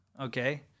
okay